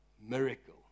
Miracle